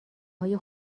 های